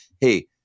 Hey